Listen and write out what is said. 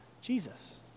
Jesus